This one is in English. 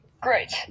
Great